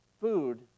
Food